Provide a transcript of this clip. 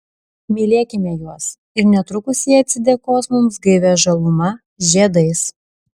mylėkime juos ir netrukus jie atsidėkos mums gaivia žaluma žiedais